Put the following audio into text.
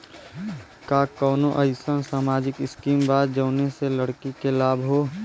का कौनौ अईसन सामाजिक स्किम बा जौने से लड़की के लाभ हो?